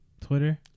Twitter